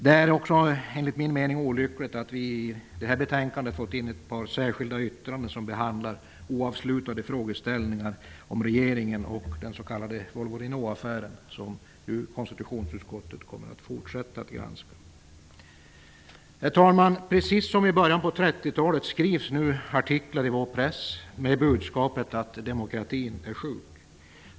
Det är enligt min mening också olyckligt att vi i detta betänkande fått in ett par särskilda yttranden som behandlar oavslutade frågeställningar om regeringen och den s.k. Volvo--Renault-affären, som ju konstitutionsutskottet kommer att fortsätta att granska. Fru talman! Precis som i början på 30-talet skrivs nu artiklar i pressen med budskapet att demokratin är sjuk.